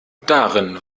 darin